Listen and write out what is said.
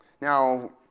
Now